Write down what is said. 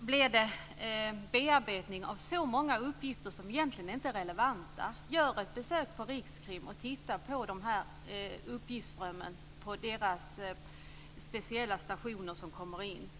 Det blir en bearbetning av många uppgifter som egentligen inte är relevanta. Gör ett besök på Rikskriminalen och titta på uppgiftsströmmen som kommer in på dess speciella stationer.